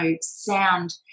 sound